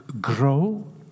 grow